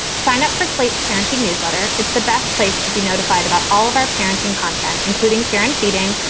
sign up for slate's parenting newsletter. it's the best place to be notified about all of our parenting content, including care and feeding,